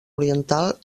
oriental